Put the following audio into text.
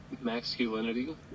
masculinity